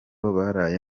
baraye